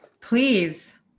Please